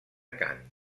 cant